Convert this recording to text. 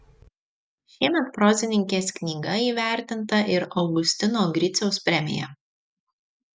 šiemet prozininkės knyga įvertinta ir augustino griciaus premija